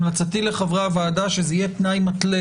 המלצתי לחברי הוועדה שזה יהיה תנאי מתלה